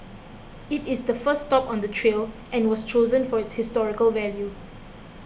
it is the first stop on the trail and was chosen for its historical value